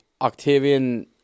Octavian